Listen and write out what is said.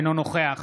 אינו נוכח